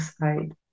side